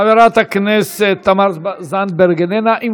חברת הכנסת תמר זנדברג, אינה נוכחת.